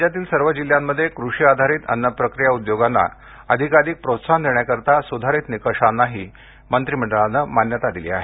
राज्यातील सर्व जिल्ह्यांमध्ये कृषी आधारित अन्न प्रक्रिया उद्योगांना अधिकाधिक प्रोत्साहन देण्यासाठी सुधारित निकषानाही मंत्रीमंडळानं मान्यता दिली आहे